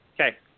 Okay